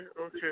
okay